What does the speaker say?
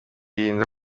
yirinda